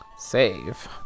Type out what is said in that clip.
save